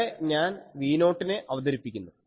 ഇവിടെ ഞാൻ V0 നെ അവതരിപ്പിക്കുന്നു